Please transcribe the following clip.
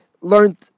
learned